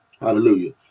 Hallelujah